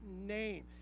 name